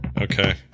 okay